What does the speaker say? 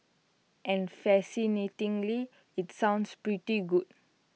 and fascinatingly IT sounds pretty good